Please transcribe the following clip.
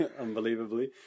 Unbelievably